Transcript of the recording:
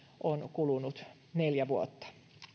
on kulunut neljä vuotta